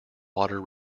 water